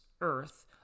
earth